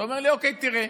אתה אומר לי: אוקיי, תראה,